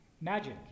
magic